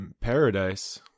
paradise